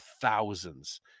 thousands